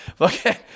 okay